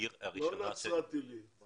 הראשונה אליה הגעתי.